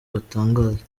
batangaza